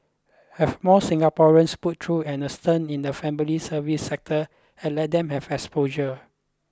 have more Singaporeans put through a stint in the family service sector and let them have exposure